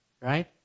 Right